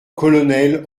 colonel